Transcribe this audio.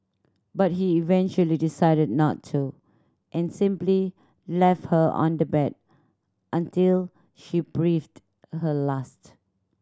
but he eventually decided not to and simply left her on the bed until she breathed her last